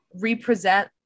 represent